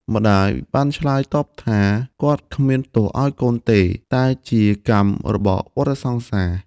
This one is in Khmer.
ម្តាយបានឆ្លើយតបថា គាត់គ្មានទោសឱ្យកូនទេ តែជាកម្មរបស់វដ្តសង្សារ។